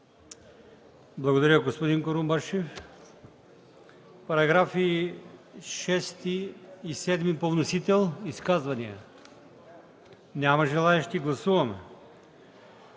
Благодаря, господин Курумбашев. Параграфи 6 и 7 по вносител – изказвания? Няма желаещи. Гласуваме